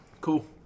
Cool